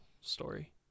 story